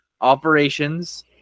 operations